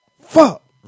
Fuck